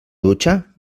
dutxa